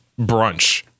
brunch